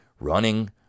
running